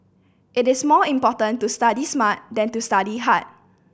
it is more important to study smart than to study hard